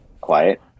quiet